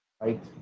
right